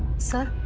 sir,